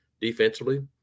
defensively